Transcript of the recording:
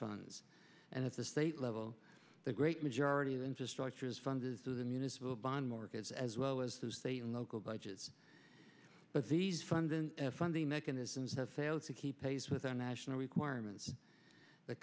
funds and at the state level the great majority of infrastructures fund is through the municipal bond markets as well as state and local budgets but these funding funding mechanisms have failed to keep pace with our national requirements the